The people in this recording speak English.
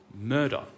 murder